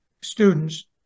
students